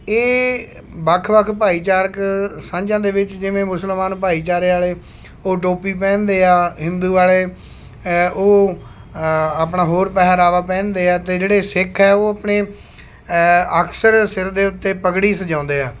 ਇਹ ਵੱਖ ਵੱਖ ਭਾਈਚਾਰਕ ਸਾਂਝਾ ਦੇ ਵਿੱਚ ਜਿਵੇਂ ਮੁਸਲਮਾਨ ਭਾਈਚਾਰੇ ਵਾਲੇ ਉਹ ਟੋਪੀ ਪਹਿਨਦੇ ਆ ਹਿੰਦੂ ਵਾਲੇ ਹੈ ਉਹ ਆਪਣਾ ਹੋਰ ਪਹਿਰਾਵਾ ਪਹਿਨਦੇ ਹੈ ਅਤੇ ਜਿਹੜੇ ਸਿੱਖ ਹੈ ਉਹ ਆਪਣੇ ਹੈ ਅਕਸਰ ਸਿਰ ਦੇ ਉੱਤੇ ਪੱਗੜੀ ਸਜਾਉਂਦੇ ਹੈ